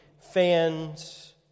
fans